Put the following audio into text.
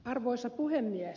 arvoisa puhemies